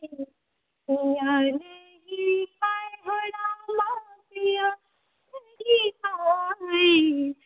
पिया नहीं आये हो रामा पिया नहीं आये